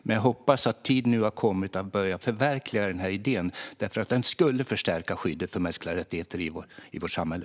Men jag hoppas att tiden nu har kommit att börja förverkliga denna idé, för den skulle förstärka skyddet av mänskliga rättigheter i vårt samhälle.